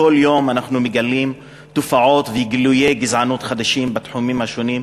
כל יום אנחנו מגלים תופעות וגילויי גזענות חדשים בתחומים השונים,